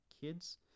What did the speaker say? kids